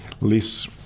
less